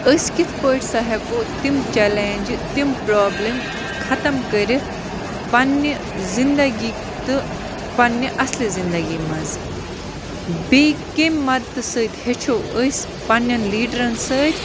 أسۍ کِتھ پٲٹھۍ سا ہٮ۪کو تِم چَلینٛجہٕ تِم پرٛابلِم ختم کٔرِتھ پنٛنہِ زِنٛدگی تہٕ پَنٛنہِ اَصلہِ زِنٛدگی منٛز بیٚیہِ کَمہِ مَدتہٕ سۭتۍ ہیٚچھو أسۍ پنٛنٮ۪ن لیٖڈرَن سۭتۍ